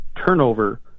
turnover